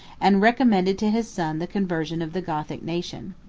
and recommended to his son the conversion of the gothic nation.